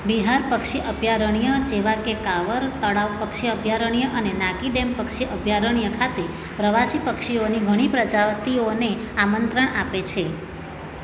બિહાર પક્ષી અભયારણ્ય જેવાં કે કાંવર તળાવ પક્ષી અભયારણ્ય અને નાગી ડેમ પક્ષી અભયારણ્ય ખાતે પ્રવાસી પક્ષીઓની ઘણી પ્રજાતિઓને આમંત્રણ આપે છે